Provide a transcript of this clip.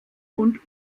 und